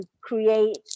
create